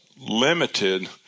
limited